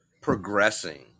progressing